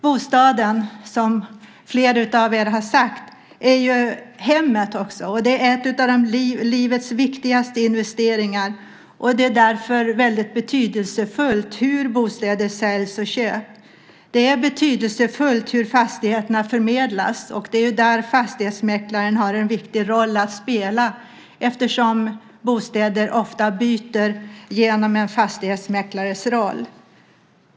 Bostaden är också hemmet, som fler av er har sagt. Det är en livets viktigaste investeringar, och det är därför väldigt betydelsefullt hur bostäder säljs och köps. Det är betydelsefullt hur fastigheterna förmedlas. Det är där fastighetsmäklaren har en viktig roll att spela, eftersom bostäder ofta byts genom en fastighetsmäklares roll.